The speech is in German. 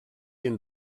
den